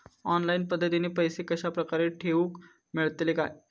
Online पद्धतीन पैसे कश्या प्रकारे ठेऊक मेळतले काय?